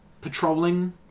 patrolling